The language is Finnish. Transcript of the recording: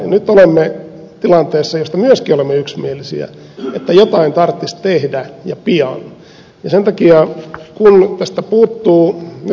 nyt olemme tilanteessa josta myöskin olemme yksimielisiä että jotain tarttis tehdä ja pian ja sen takia kun tästä puuttuu